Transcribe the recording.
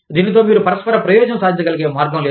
దీనితో మీరు పరస్పర ప్రయోజనం సాదించగలిగే మార్గం లేదు